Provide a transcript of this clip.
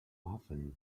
often